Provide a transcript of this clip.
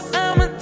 I'ma